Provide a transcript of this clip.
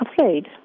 afraid